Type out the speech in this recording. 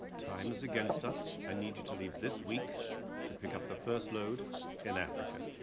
time is against us. i need you to leave this week to pick up the first load in africa.